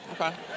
Okay